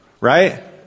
Right